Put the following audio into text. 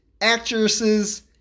Actresses